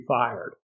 fired